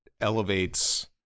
elevates